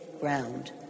ground